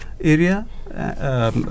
area